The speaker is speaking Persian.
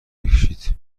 بکشید